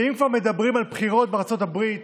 ואם כבר מדברים על הבחירות בארצות הברית,